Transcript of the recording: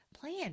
plan